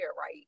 right